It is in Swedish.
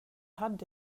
hade